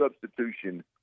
substitution